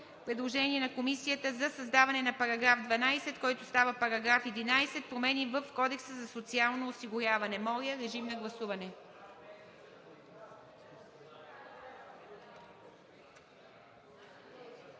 предложение на Комисията за създаване на § 12, който става § 11 – промени в Кодекса за социално осигуряване. Моля, режим на гласуване.